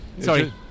sorry